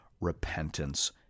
repentance